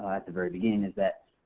at the very beginning is that,